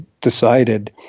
decided